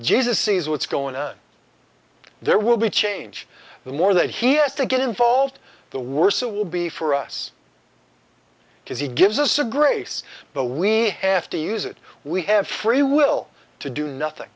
sees what's going on there will be change the more that he has to get involved the worse it will be for us because he gives us a grace but we have to use it we have free will to do nothing